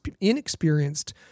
inexperienced